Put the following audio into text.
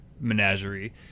menagerie